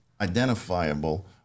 identifiable